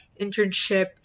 internship